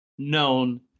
Known